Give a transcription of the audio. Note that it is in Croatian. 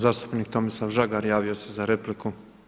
Zastupnik Tomislav Žagar javio se za repliku.